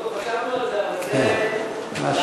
עוד לא חשבנו על זה, כן, משהו.